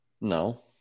No